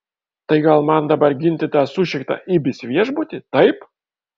tai gal man dabar ginti tą sušiktą ibis viešbutį taip